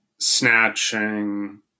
snatching